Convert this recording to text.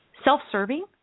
Self-serving